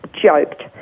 joked